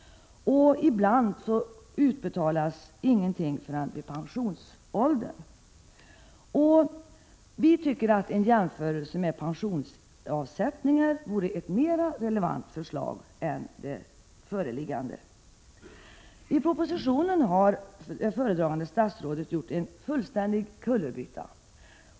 Ibland utbetalas ingenting förrän vid pensionsåldern. Vi tycker att jämförelsen med pensionsavsättningar vore mera relevant än den som görs i det föreliggande förslaget. I propositionen har föredragande statsrådet gjort en fullständig kullerbytta.